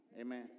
Amen